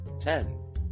Ten